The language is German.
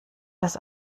dass